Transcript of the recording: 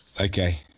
Okay